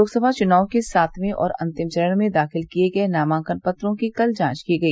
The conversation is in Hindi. लोकसभा चुनाव के सातवें और अंतिम चरण में दाखिल किये गये नामांकन पत्रों की कल जांच की गई